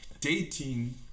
dating